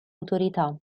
autorità